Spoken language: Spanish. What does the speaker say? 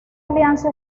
alianza